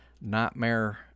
nightmare